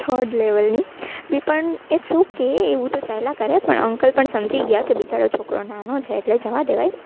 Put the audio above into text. third લેવલની બી પણ ઈટ્સ ઓકે એવું તો ચાલ્યા કરે પણ અંકલ પણ સમજી ગયા કે બિચારો છોકરો નાનો છે એટલે જવા દેવાય